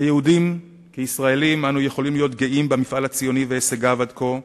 כיהודים וישראלים אנו יכולים להיות גאים במפעל הציוני ובהישגיו עד כה.